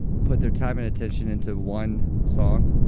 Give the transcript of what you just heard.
put their time and attention into one song,